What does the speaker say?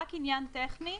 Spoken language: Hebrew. זה רק עניין טכני.